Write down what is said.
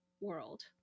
world